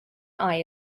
eye